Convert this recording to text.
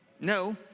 No